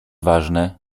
ważne